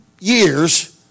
years